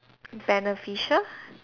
beneficial